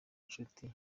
nshuti